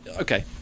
okay